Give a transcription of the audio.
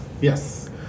Yes